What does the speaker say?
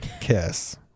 kiss